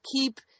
keep